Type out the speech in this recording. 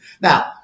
Now